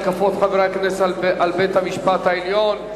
התקפות חברי הכנסת על בית-המשפט העליון,